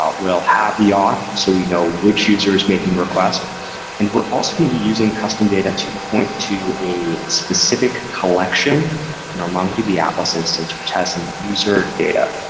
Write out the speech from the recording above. ah we'll have the auth, so we know which users making the request and we're also going to be using custom data to point to a specific collection in our mongodb atlas instance, which has some user data.